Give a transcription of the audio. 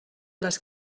les